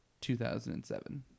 2007